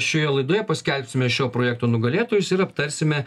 šioje laidoje paskelbsime šio projekto nugalėtojus ir aptarsime